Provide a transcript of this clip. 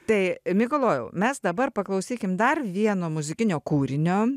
tai mikalojau mes dabar paklausykim dar vieno muzikinio kūrinio